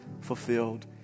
fulfilled